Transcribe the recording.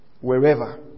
Wherever